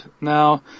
Now